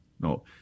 no